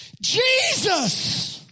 Jesus